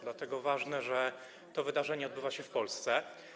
Dlatego ważne, że to wydarzenie odbywa się w Polsce.